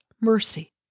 mercy